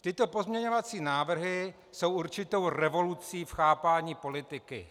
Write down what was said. Tyto pozměňovací návrhy jsou určitou revolucí v chápání politiky.